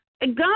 God